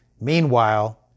Meanwhile